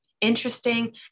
interesting